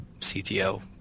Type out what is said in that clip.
CTO